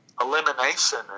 elimination